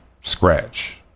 scratch